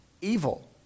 evil